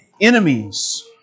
enemies